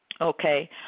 okay